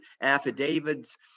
affidavits